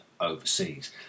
overseas